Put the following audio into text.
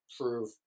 prove